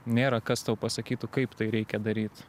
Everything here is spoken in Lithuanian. nėra kas tau pasakytų kaip tai reikia daryt